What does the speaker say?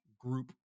group